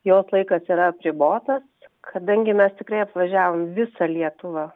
jos laikas yra apribotas kadangi mes tikrai apvažiavom visą lietuvą